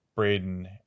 Braden